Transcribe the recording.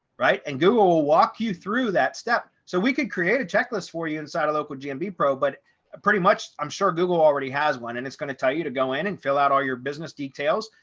right and google will walk you through that step. so we could create a checklist for you inside of local gmb pro. but ah pretty much i'm sure google already has one and it's going to tell you to go in and fill out all your business details.